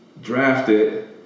drafted